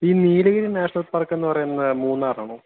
ഈ നീലഗിരി നാഷണൽ പാർക്കെന്നു പറയുന്നത് മൂന്നാറാണോ